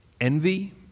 Envy